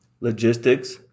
logistics